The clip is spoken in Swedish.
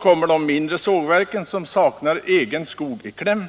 kommer de mindre sågverken, som saknar egen skog, i kläm.